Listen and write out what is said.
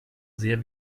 sehr